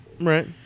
Right